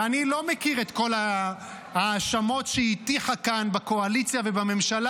ואני לא מכיר את כל ההאשמות שהיא הטיחה כאן בקואליציה ובממשלה,